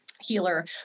healer